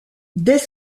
dès